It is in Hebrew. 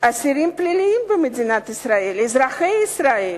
אסירים פליליים אזרחי ישראל,